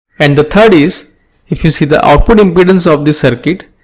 and the third is if you see the output impedance of the circuit,